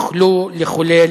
יוכלו לחולל